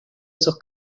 esos